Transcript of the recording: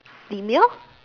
demure